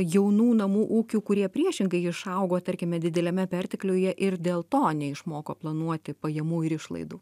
jaunų namų ūkių kurie priešingai išaugo tarkime dideliame pertekliuje ir dėl to neišmoko planuoti pajamų ir išlaidų